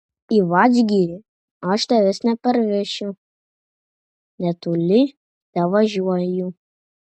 į vadžgirį aš tavęs neparvešiu netoli tevažiuoju